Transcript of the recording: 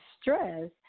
stress